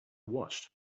watched